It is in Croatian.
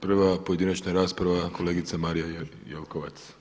Prva pojedinačna rasprava kolegica Marija Jelkovac.